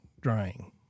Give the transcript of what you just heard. Drying